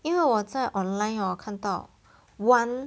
因为我在 online hor 看到 [one]